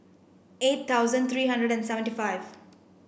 eight thousand three hundred and seventy five